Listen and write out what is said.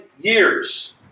years